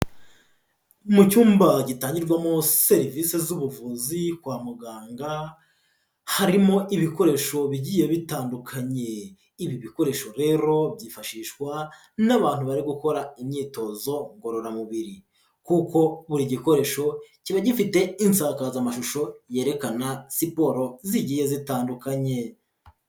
Mu cyumba gitangirwamo serivisi z'ubuvuzi kwa muganga, harimo ibikoresho bigiye bitandukanye, ibi bikoresho rero byifashishwa n'abantu bari gukora imyitozo ngororamubiri kuko buri gikoresho kiba gifite insakazamashusho yerekana siporo zigiye zitandukanye.